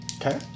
Okay